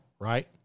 right